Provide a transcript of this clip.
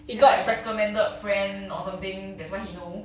is it like recommended friend or something that's why he know